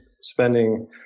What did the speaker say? spending